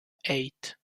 eight